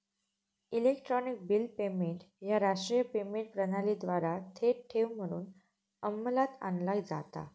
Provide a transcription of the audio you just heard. electronic bill payment ह्या राष्ट्रीय payment प्रणालीद्वारा थेट ठेव म्हणून अंमलात आणला जाता